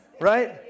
Right